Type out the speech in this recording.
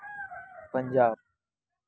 Punjab